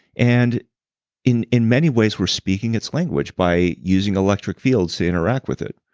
and in in many ways, we're speaking its language by using electric fields to interact with it.